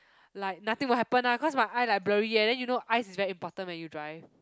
like nothing will happen lah cause my eye like blurry eh then you know eyes is very important when you drive